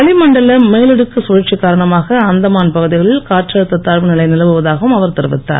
வளிமண்டல மேலடுக்கு கழற்சி காரணமாக அந்தமான் பகுதிகளில் காற்றழுத்த தாழ்வுநிலை நிலவுவதாகவும் அவர் தெரிவித்தார்